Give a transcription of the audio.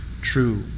true